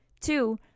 Two